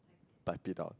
type it out